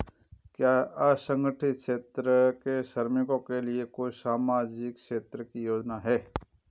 क्या असंगठित क्षेत्र के श्रमिकों के लिए कोई सामाजिक क्षेत्र की योजना है?